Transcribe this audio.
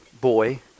boy